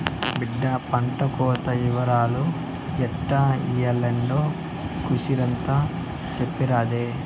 బిడ్డా పంటకోత ఇవరాలు ఎట్టా ఇయ్యాల్నో కూసింత సెప్పరాదే